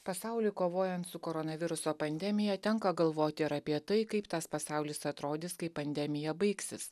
pasauliui kovojant su koronaviruso pandemija tenka galvoti ir apie tai kaip tas pasaulis atrodys kai pandemija baigsis